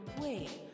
wait